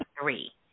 three